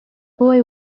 boy